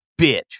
bitch